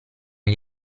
gli